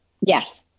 Yes